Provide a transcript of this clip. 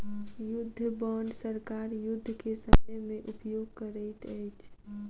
युद्ध बांड सरकार युद्ध के समय में उपयोग करैत अछि